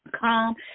Come